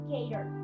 Gator